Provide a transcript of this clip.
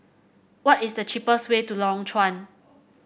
what is the cheapest way to Lorong Chuan